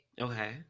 okay